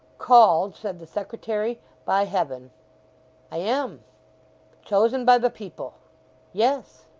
called, said the secretary, by heaven i am chosen by the people yes.